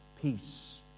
peace